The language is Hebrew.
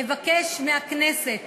אבקש מהכנסת